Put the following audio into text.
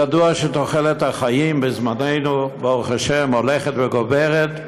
ידוע שתוחלת החיים בזמננו, ברוך השם, הולכת ועולה,